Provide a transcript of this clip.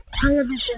television